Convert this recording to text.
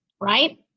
right